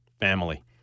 Family